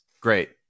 Great